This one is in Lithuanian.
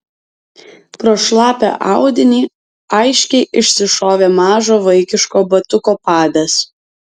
pro šlapią audinį aiškiai išsišovė mažo vaikiško batuko padas